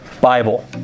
Bible